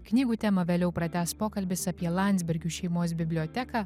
knygų temą vėliau pratęs pokalbis apie landsbergių šeimos biblioteką